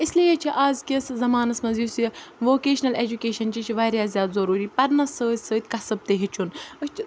اسلیے چھِ اَزکِس زمانَس منٛز یُس یہِ ووکیشنَل ایجوکیشَن چھِ یہِ چھِ واریاہ زیادٕ ضٔروٗری پَرنَس سۭتۍ کَسٕب تہِ ہیٚچھُن أسۍ چھِ